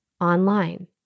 online